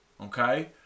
Okay